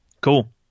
cool